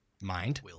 mind